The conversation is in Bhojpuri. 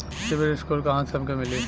सिविल स्कोर कहाँसे हमके मिली?